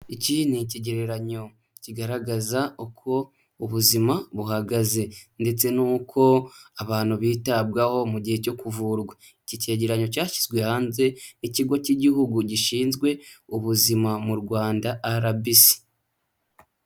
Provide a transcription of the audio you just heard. Iki ni ikigereranyo kigaragaza uko ubuzima buhagaze ndetse n'uko abantu bitabwaho mu gihe cyo kuvurwa, iki cyeyegeranyo cyashyizwe hanze ikigo cy'igihugu gishinzwe ubuzima mu Rwanda RBC.